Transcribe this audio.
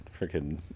freaking